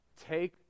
take